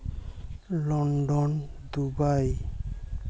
London Dubai